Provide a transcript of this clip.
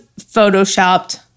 Photoshopped